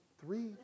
three